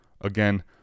again